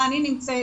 בה אני נמצאת,